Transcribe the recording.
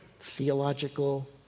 theological